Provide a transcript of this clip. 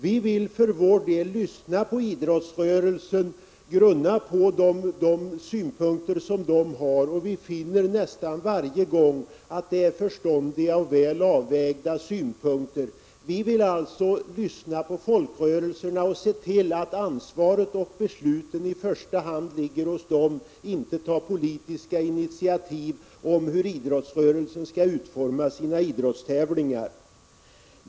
Vi vill för vår del lyssna på idrottsrörelsen och grunna på de synpunkter som den har. Vi finner nästan varje gång att det är förståndiga och väl avvägda synpunkter. Vi vill alltså lyssna på folkrörelserna och se till att ansvaret och besluten i första hand ligger hos dem. Vi vill inte genom politiska initiativ bestämma hur idrottsrörelsen skall utforma sina idrottstävlingar.